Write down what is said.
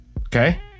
okay